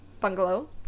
bungalow